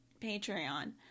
Patreon